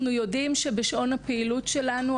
אנחנו יודעים שבשעון הפעילות שלנו,